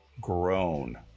grown